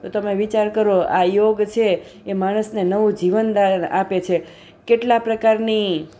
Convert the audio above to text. તો તમે વિચાર કરો આ યોગ છે એ માણસને નવું જીવનદાન આપે છે કેટલા પ્રકારની